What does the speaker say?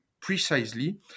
precisely